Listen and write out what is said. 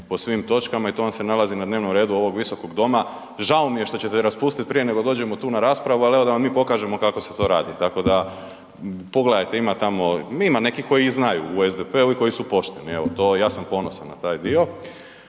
po svim točkama i to vam se nalazi na dnevnom redu ovog Visokog doma. Žao mi je što ćete raspustiti prije nego dođemo tu raspravu ali evo da vam mi pokažemo kako se to radi, tako da pogledajte, ima tamo, ima nekih koji ih znaju u SDP-u i koji su pošteni, evo to i ja sam ponosan na taj dio.